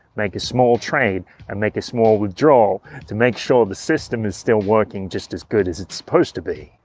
make a small trade and make a small withdrawal to make sure the system is still working just as good as it's supposed to be.